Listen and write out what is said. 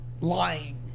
lying